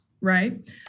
Right